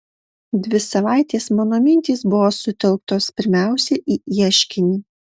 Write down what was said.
dvi savaitės mano mintys buvo sutelktos pirmiausia į ieškinį